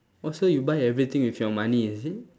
oh so you buy everything with your money is it